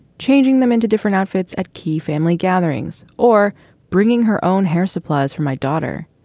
changing them into different outfits at key family gatherings, or bringing her own hair supplies for my daughter.